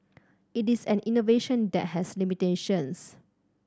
it is an innovation that has limitations